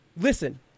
Listen